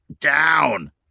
down